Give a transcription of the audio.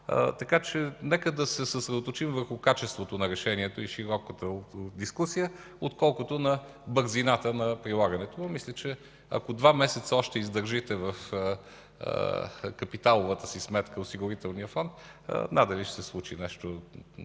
че нека да се съсредоточим върху качеството на решението и широката дискусия, отколкото на бързината на прилагането му. Мисля, че ако издържите още два месеца капиталовата си сметка в осигурителния фонд, надали ще се случи нещо